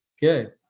Good